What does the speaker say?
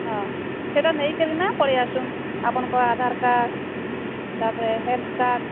ହଁ ସେଇଟା ନେଇକିରି ନା ପଳେଇ ଆସୁନ୍ ଆପଣଙ୍କ ଆଧାର କାର୍ଡ଼ ତା'ପରେ ହେଲ୍ଥ କାର୍ଡ଼